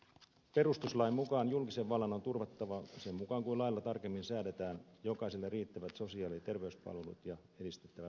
perustuslain mukaan julkisen vallan on turvattava sen mukaan kuin lailla tarkemmin säädetään jokaiselle riittävät sosiaali ja terveyspalvelut ja edistettävä väestön terveyttä